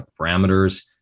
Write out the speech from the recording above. parameters